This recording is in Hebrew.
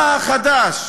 מה חדש?